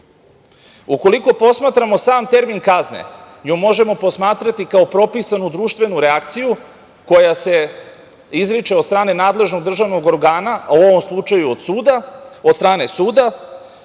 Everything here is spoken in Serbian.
društvu. Ukoliko posmatramo sam termin kazne, nju možemo posmatrati kao propisanu društvenu reakciju koja se izriče od strane nadležnog državnog organa, u ovom slučaju od strane suda,